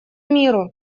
миру